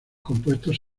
compuestos